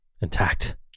intact